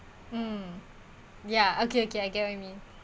mm ya okay okay I get what you mean